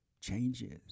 changes